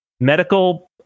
medical